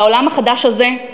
בעולם החדש הזה,